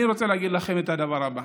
אני רוצה להגיד לכם את הדבר הבא: